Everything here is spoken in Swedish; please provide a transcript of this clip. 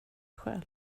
själv